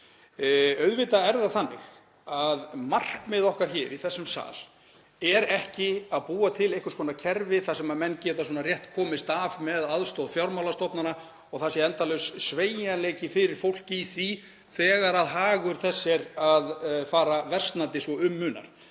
Auðvitað er markmið okkar hér í þessum sal ekki að búa til einhvers konar kerfi þar sem menn geta rétt komist af með aðstoð fjármálastofnana og það sé endalaus sveigjanleiki fyrir fólk í því þegar hagur þess fer versnandi svo um munar.